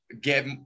get